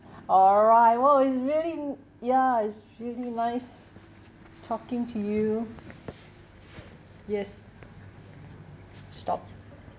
all right well it's very ya it's really nice talking to you yes stop